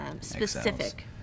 specific